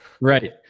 Right